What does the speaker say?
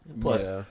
plus